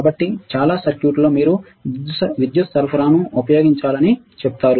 కాబట్టి చాలా సర్క్యూట్లో మీరు విద్యుత్ సరఫరాను ఉపయోగించాలని చెబుతారు